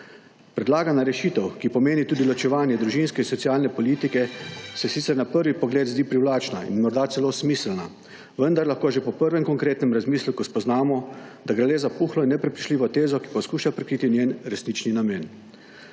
Predlagana rešitev, ki pomeni tudi ločevanje družinske in socialne politike se sicer na prvi pogled zdi privlačna in morda celo smiselna, **98. TRAK: (VP) 17.20** (nadaljevanje) vendar lahko že po prvem konkretnem razmisleku spoznamo, da gre le za puhlo in neprepričljivo tezo, ki poskuša prikriti njen resnični namen